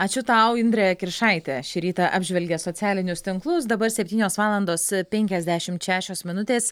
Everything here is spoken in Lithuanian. ačiū tau indrė kiršaitė šį rytą apžvelgė socialinius tinklus dabar septynios valandos penkiasdešimt šešios minutės